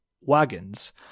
wagons